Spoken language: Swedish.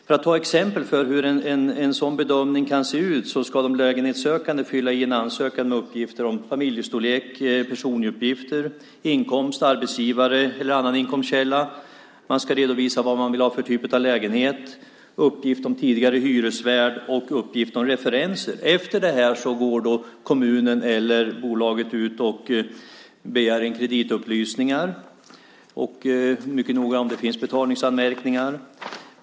För att ta exempel på hur en sådan bedömning kan se ut så ska de lägenhetssökande fylla i en ansökan med uppgifter om familjestorlek, personuppgifter, inkomst, arbetsgivare eller annan inkomstkälla. Man ska redovisa vad man vill ha för typ av lägenhet, uppgift om tidigare hyresvärd och uppgift om referenser. Efter det här går kommunen eller bolaget ut och begär in kreditupplysningar, mycket noga, om det finns betalningsanmärkningar.